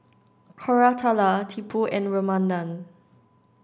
Koratala Tipu and Ramanand